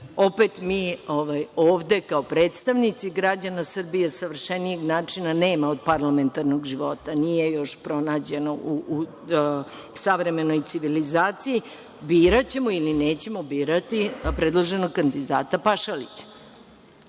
opet mi ovde kao predstavnici građana Srbije savršenijeg načina nemamo od parlamentarnog života, nije još pronađeno u savremenoj civilizaciji, biraćemo ili nećemo birati predloženog kandidata Pašalića.